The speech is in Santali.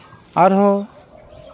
ᱟᱨᱦᱚᱸ